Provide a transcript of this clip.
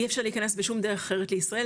אי אפשר להיכנס בשום דרך אחרת לישראל,